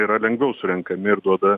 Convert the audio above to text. yra lengviau surenkami ir duoda